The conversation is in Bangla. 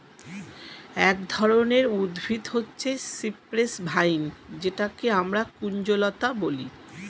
এক ধরনের উদ্ভিদ হচ্ছে সিপ্রেস ভাইন যেটাকে আমরা কুঞ্জলতা বলি